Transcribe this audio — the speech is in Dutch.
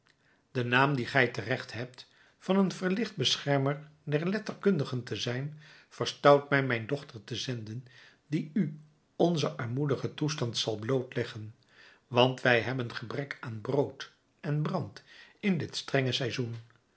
de naam dien gij terecht hebt van een verlicht beschermer der letterkundigen te zijn verstout mij mijn dochter te zenden die u onzen armoedigen toestand zal blootleggen want wij hebben gebrek aan brood en brand in dit strenge seizoen